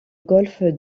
golfe